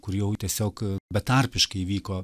kur jau tiesiog betarpiškai vyko